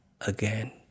again